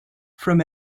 from